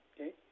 okay